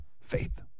Faith